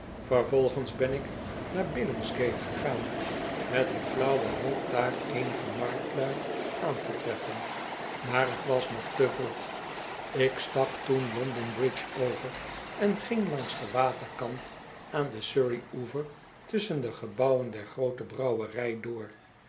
vervolgens hen ik naar billingsgate gegaan met een flauwe hoop daar eenige marktlui aan te treffen maar t was nog to èk t c y c t e k il t it cl b e v ft v f st nachtelijke wandelingen vroeg ik stak toen london bridge over en ging langs den waterkant aan den surrey oever tusschen de gebouwen der groote brouwerij door